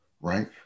Right